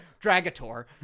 Dragator